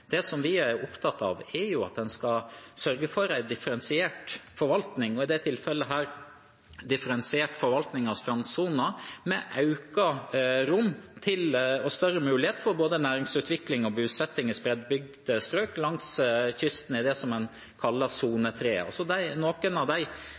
Det vi er opptatt av, er at en skal sørge for en differensiert forvaltning – i dette tilfellet en differensiert forvaltning av strandsonen, med økt rom og større muligheter for både næringsutvikling og bosetting i spredtbygde strøk langs kysten, i det som en kaller